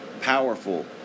powerful